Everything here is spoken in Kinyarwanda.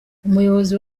umuyobozi